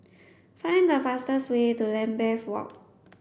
find the fastest way to Lambeth Walk